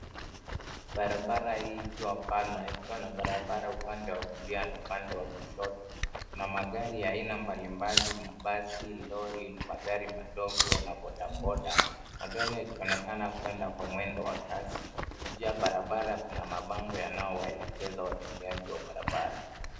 Barabara hii ikiwa pana. Ikiwa na barabara upande wa kulia na upande wa kushoto. kuna magari ya aina mbalimbali mabasi, lori na magari madogo na bodaboda. Magari yakionekana kwenda kwa mwendo wa kasi. Juu ya barabara kuna mabango yanayowaelekeza watumiaji wa barabara.